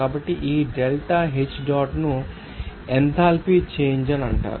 కాబట్టి ఈ delta H డాట్ను ఎంథాల్పీ చేంజ్ అంటారు